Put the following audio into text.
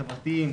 חברתיים,